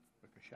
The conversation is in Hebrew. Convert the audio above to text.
הפנים.